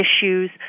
issues